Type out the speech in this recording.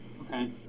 Okay